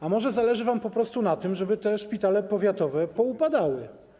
A może zależy wam po prostu na tym, żeby te szpitale powiatowe poupadały?